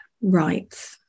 Right